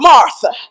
Martha